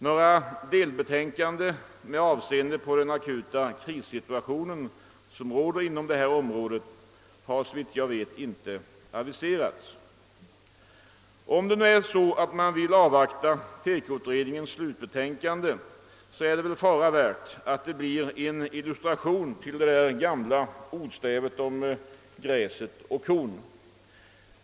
Några delbetänkanden med avseende på den akuta krissituation, som råder inom detta område, har såvitt jag vet inte aviserats. Om man vill avvakta TEKO-utredningens slutbetänkande innan åtgärder vidtas, är det väl risk för att resultatet blir en illustration till det gamla ordstävet »medan gräset gror, dör kon».